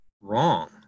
wrong